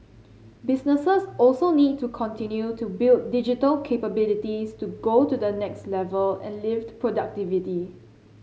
businesses also need to continue to build digital capabilities to go to the next level and lift productivity